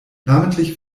namentlich